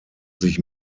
sich